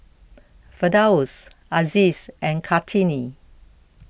Firdaus Aziz and Kartini